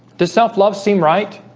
the self-love seem right